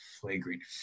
flagrant